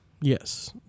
Yes